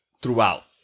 throughout